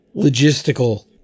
logistical